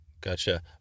Gotcha